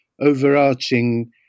overarching